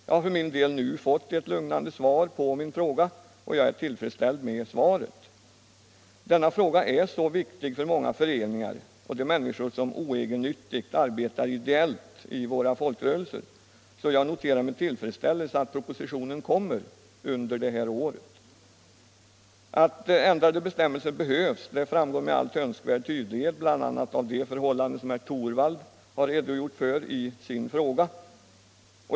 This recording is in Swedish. För min del har jag nu fått ett lugnande svar, och jag är tillfredsställd med svaret. Denna fråga är så viktig för många föreningar och för de människor som oegennyttigt arbetar ideellt i våra folkrörelser att jag med tillfredsställelse noterar att propositionen kommer under det här året. Att ändrade bestämmelser behövs framgår med all önskvärd tydlighet bl.a. av de förhållanden som herr Torwald har redogjort för.